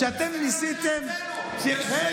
כשאתם ניסיתם, זה שקר,